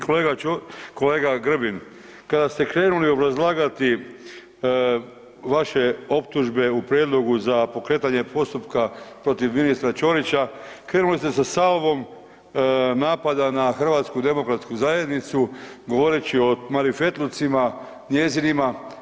Kolega Ćo, kolega Grbin, kada ste krenuli obrazlagati vaše optužbe u prijedlogu za pokretanje postupka protiv ministra Ćorića krenuli ste sa salvom napada na HDZ govoreći o marifetlucima njezinima.